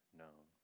known